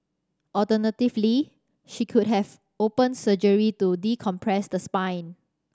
alternatively she could have open surgery to decompress the spine